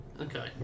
Okay